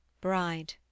Bride